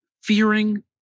fearing